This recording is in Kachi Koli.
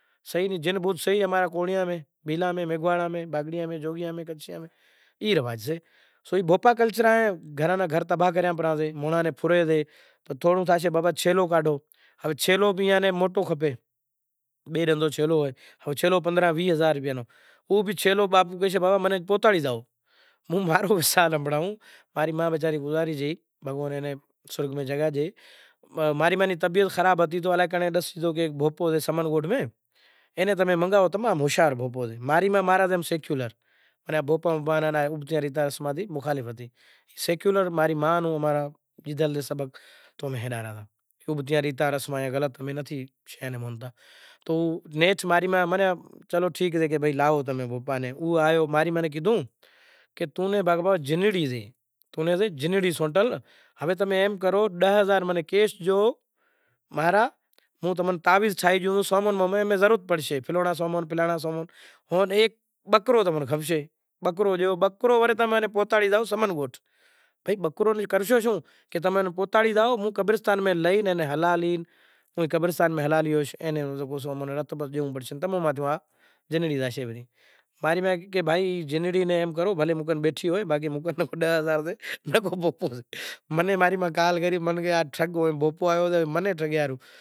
تو بھگوان ناں دیا تھی زائے تو ای تھلاں ماتھے راشی متھیاں لاکڑا ستھیا زائیں تا زا رے اگنی نوں ٹیم آوے سے زا رے اگنی لگاواں نو ٹیم آوے سے چم کہ بھگتاں نیں تو بھگوان رکھشا کرے سے تو زا رے اگنی لگاوے سے تو پرماتما برسات وہاڑے سے تو ایوو برسات پڑے سے کہ مڑہ نیں آگ نتھی لاگتی تو زا رے ای مانڑاں زائیسیں راجا نیں کہیسے رازا تاراں شمشان ماں ایوو کو بھوت زاگیو سے زیں تھی مشانڑاں ماتھی مڑہاں کاڈھے کھائیسے ان بدہو مشانڑ نو اجاڑ کرے لاشو تارے پسے رازا ہریچند سپاہی میلہے سے کہ زو ای کونڑ سے ڈائینڑ جے ناں انوسار بدہاں مڑہاں نی کاڈھی کاڈھی کھائی زائے ریو تا رے تاراڈیو نیں ای سپاہی بادہے راجا نی راجدھانی ماں لئی زاسے راجا نی راجدھانی ماں لائی پسے اینا پوسیو زائے کہ بھائی توں ڈاچنڑ بدہاں مسانڑاں ماں تھی بدہا ئی مڑہا کھائی گی سو تو رازا اینے